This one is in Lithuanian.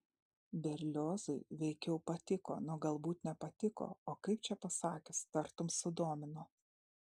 berliozui veikiau patiko na galbūt ne patiko o kaip čia pasakius tarkim sudomino